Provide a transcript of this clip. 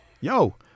Yo